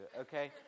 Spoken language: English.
okay